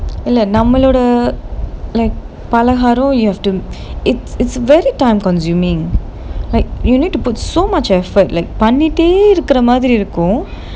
இல்ல நம்மளோட:illa nammaloda like பலகாரம்:palagaaram you have to it it's very time consuming like you need to put so much effort like பண்ணிட்டே இருக்குற மாதிரி இருக்கும்:pannittae irukura maathiri irukum